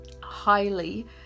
highly